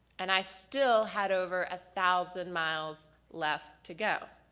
and i still had over a thousand miles left to go.